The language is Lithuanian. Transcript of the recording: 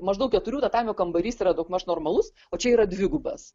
maždaug keturių tatamių kambarys yra daugmaž normalus o čia yra dvigubas